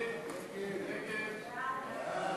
ההסתייגות של חברי הכנסת מיקי רוזנטל, יעקב